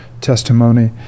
testimony